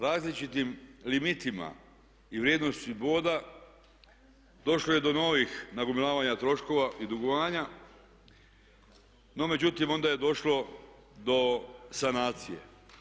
Različitim limitima i vrijednosti boda došlo je do novih nagomilavanja troškova i dugovanja no međutim onda je došlo do sanacije.